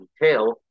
detail